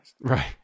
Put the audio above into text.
Right